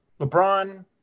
LeBron